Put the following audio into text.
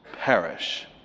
perish